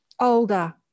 older